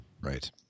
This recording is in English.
right